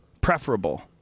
Preferable